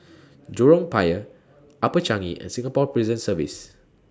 Jurong Pier Upper Changi and Singapore Prison Service